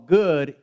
good